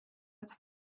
its